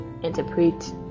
Interpret